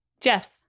Jeff